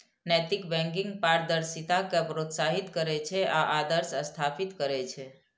नैतिक बैंकिंग पारदर्शिता कें प्रोत्साहित करै छै आ आदर्श स्थापित करै छै